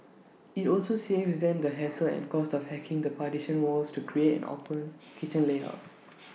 IT also saves them the hassle and cost of hacking the partition walls to create an open kitchen layout